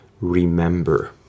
remember